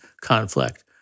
conflict